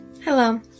Hello